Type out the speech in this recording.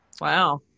Wow